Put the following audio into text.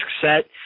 set